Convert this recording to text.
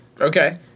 Okay